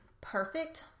perfect